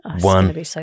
one